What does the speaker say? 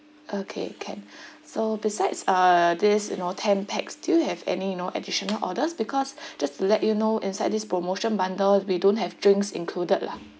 okay can so besides uh this you know ten pax do you have any you know additional orders because just to let you know inside this promotion bundle we don't have drinks included lah